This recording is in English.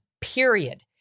period